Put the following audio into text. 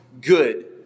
good